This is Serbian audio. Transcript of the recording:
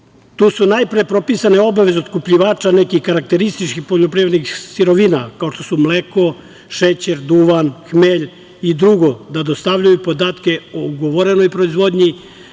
su najpre propisane obaveze otkupljivača nekih karakterističnih poljoprivrednih sirovina, kao što su mleko, šećer, duvan, hmelj i drugo, da dostavljaju podatke o ugovorenoj proizvodnji,